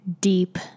deep